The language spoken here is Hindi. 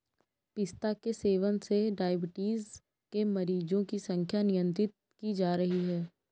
पिस्ता के सेवन से डाइबिटीज के मरीजों की संख्या नियंत्रित की जा रही है